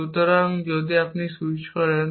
সুতরাং যদি আপনি সুইচ করেন